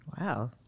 Wow